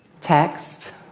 text